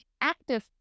active